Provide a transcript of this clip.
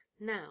now